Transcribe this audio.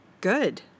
good